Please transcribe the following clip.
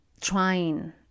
trying